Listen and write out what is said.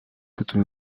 plutôt